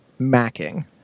macking